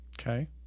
Okay